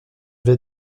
veux